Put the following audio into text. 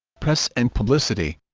press and publicity